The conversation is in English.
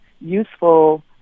useful